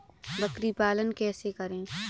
बकरी पालन कैसे करें?